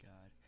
God